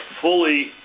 fully